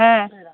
হুম হুম